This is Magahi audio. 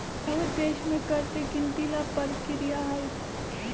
बहुत देश में कर के गिनती ला परकिरिया हई